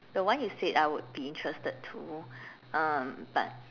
the one you said I would be interested um to but